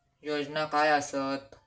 योजना काय आसत?